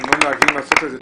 אנחנו לא נוהגים לעשות את זה,